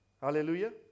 hallelujah